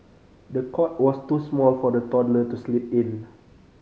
the cot was too small for the toddler to sleep in